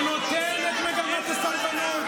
הוא נותן את מגמת הסרבנות.